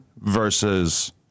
versus